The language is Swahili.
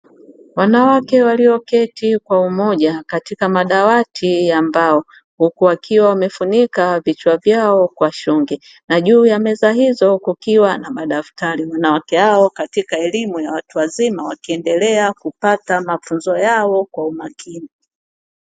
Wanawake walio keti kwa umoja katika madawati ya mbao huku wakiwa wamefunika vichwa vyao kwa shungi na juu ya meza hizo kukiwa na madaftari, wanawake hao katika elimu ya watu wazima wakiendelea kupata mafunzo yao kwa umakini.